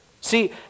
See